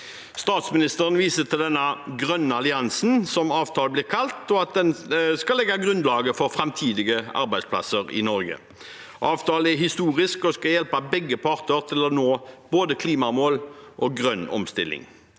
Statsministeren viser til den grønne alliansen, som avtalen blir kalt, og at den skal legge grunnlaget for framtidige arbeidsplasser i Norge. Avtalen er historisk og skal hjelpe begge parter til å nå både klimamål og grønn omstilling.